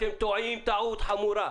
אתם טועים טעות חמורה.